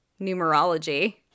numerology